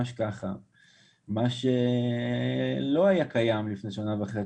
מה שלא היה קיים לפני שנה וחצי,